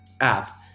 app